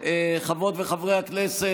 חברות וחברי הכנסת,